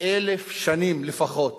אלף שנים לפחות